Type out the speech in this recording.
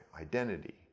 identity